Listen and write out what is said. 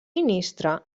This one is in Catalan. ministre